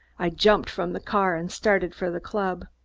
i jumped from the car and started for the club.